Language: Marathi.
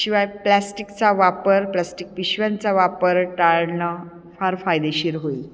शिवाय प्लॅस्टिकचा वापर प्लास्टिक पिशव्यांचा वापर टाळणं फार फायदेशीर होईल